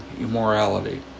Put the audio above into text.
immorality